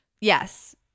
Yes